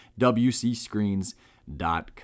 wcscreens.com